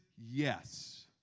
yes